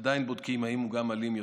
עדיין בודקים אם הוא גם אלים יותר.